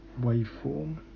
waveform